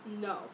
no